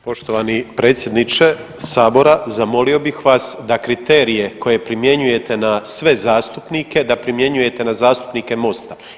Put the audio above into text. Poštovani predsjedniče Sabora, zamolio bih vas da kriterije koje primjenjujete na sve zastupnike, da primjenjujete na zastupnike Mosta.